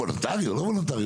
וולונטרי או לא וולונטרי,